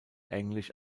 englisch